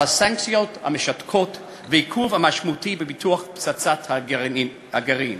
על הסנקציות המשתקות והעיכוב המשמעותי בפיתוח פצצת הגרעין.